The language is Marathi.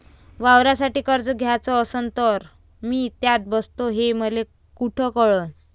वावरासाठी कर्ज घ्याचं असन तर मी त्यात बसतो हे मले कुठ कळन?